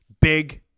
Big